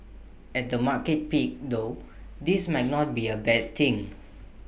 at the market peak though this might not be A bad thing